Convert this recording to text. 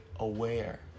aware